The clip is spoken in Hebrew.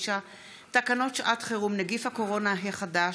תקנות שעת חירום (נגיף הקורונה החדש)